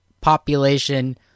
population